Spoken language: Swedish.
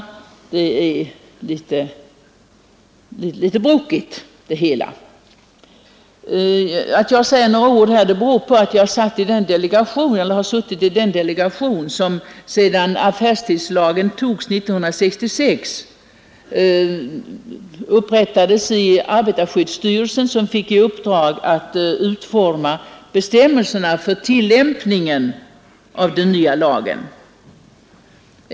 Det är litet brokigt det hela. Att jag säger några ord här beror på att jag har suttit i den delegation som när affärstidslagen antogs 1966 upprättades inom arbetarskyddsstyrelsen och som fick i uppdrag att utforma bestämmelserna för tillämpningen av den nya lagen.